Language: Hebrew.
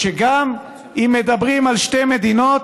שגם אם מדברים על שתי מדינות,